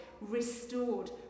restored